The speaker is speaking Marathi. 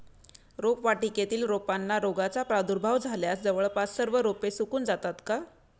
रोपवाटिकेतील रोपांना रोगाचा प्रादुर्भाव झाल्यास जवळपास सर्व रोपे सुकून जातात का?